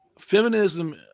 Feminism